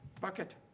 bucket